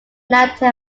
latin